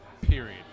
period